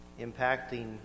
impacting